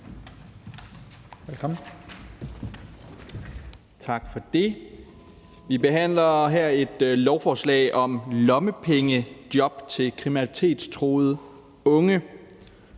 (DF): Tak for det. Vi behandler her et lovforslag om lommepengejob til kriminalitetstruede unge,